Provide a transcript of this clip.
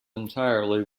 entirely